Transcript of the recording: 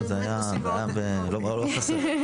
לא, זה היה, לא חסר.